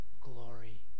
glory